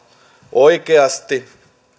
oikeasti